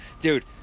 Dude